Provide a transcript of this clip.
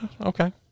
okay